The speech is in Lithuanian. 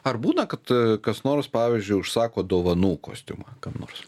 ar būna kad kas nors pavyzdžiui užsako dovanų kostiumą kam nors